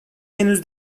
henüz